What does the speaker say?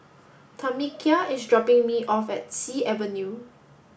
Tamekia is dropping me off at Sea Avenue